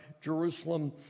Jerusalem